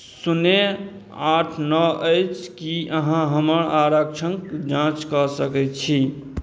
शून्य आठ नओ अछि कि अहाँ हमर आरक्षणके जाँच कऽ सकै छी